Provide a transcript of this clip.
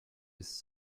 his